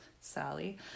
Sally